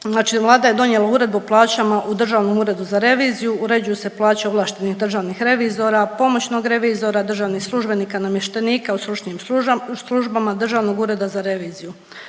Znači Vlada je donijela Uredbu o plaćama u Državnom uredu za reviziju, uređuju se plaće o ovlaštenih državnih revizora, pomoćnog revizora, državnih službenika, namještenika u stručnim službama državni ured za reviziju.